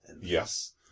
Yes